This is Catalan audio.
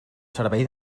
servei